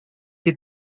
qué